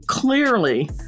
Clearly